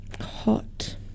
Hot